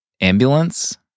Ambulance